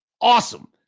awesome